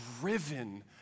driven